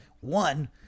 One